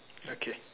okay